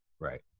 Right